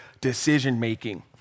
decision-making